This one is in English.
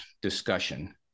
discussion